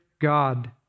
God